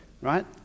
right